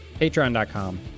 patreon.com